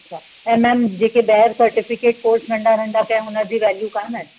अच्छा ऐं मेम जेके ॿाहिरि सेटिफ़िकेट कोर्स नंढा नंढा कया हुनजी वेल्यू कोन्ह आहे